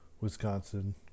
Wisconsin